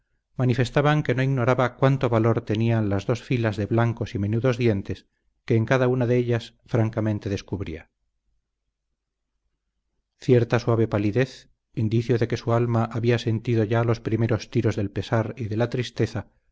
manifestaban que no ignoraba cuánto valor tenían las dos filas de blancos y menudos dientes que en cada una de ellas francamente descubría cierta suave palidez indicio de que su alma había sentido ya los primeros tiros del pesar y de la tristeza